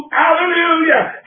hallelujah